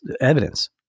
evidence